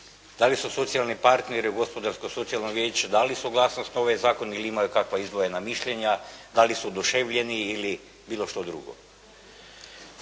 da li su socijalni partneri Gospodarsko-socijalno vijeće da li su …/Govornik se ne razumije./… ili imaju kakva izdvojena mišljenja, da li su oduševljeni ili bilo što drugo.